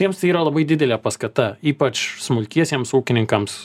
jiems tai yra labai didelė paskata ypač smulkiesiems ūkininkams